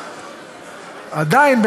עדיין,